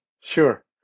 Sure